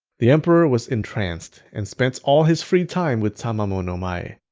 the emperor was entranced and spent all his free time with tamamo no mae.